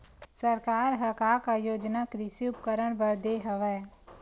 सरकार ह का का योजना कृषि उपकरण बर दे हवय?